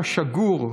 כשגור,